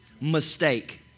mistake